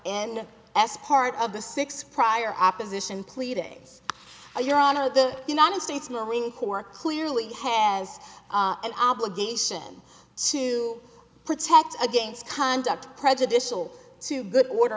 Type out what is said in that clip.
and as part of the six prior opposition pleadings your honor the united states marine corps clearly has an obligation to protect against conduct prejudicial to good order